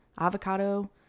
avocado